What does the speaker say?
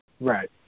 Right